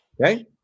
Okay